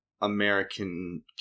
American